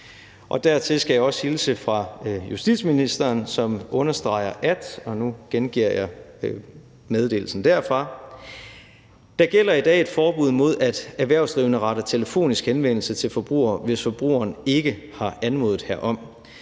Dertil skal jeg også hilse fra justitsministeren, som understreger, og nu gengiver jeg meddelelsen derfra: Der gælder i dag et forbud mod, at erhvervsdrivende retter telefonisk henvendelse til forbrugere, hvis forbrugeren ikke har anmodet herom.